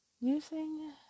Using